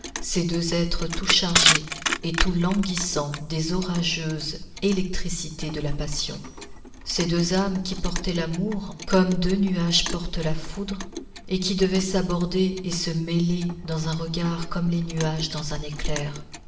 ces deux êtres tout chargés et tout languissants des orageuses électricités de la passion ces deux âmes qui portaient l'amour comme deux nuages portent la foudre et qui devaient s'aborder et se mêler dans un regard comme les nuages dans un éclair